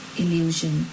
illusion